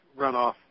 runoff